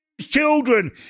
children